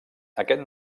aquest